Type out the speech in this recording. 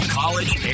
college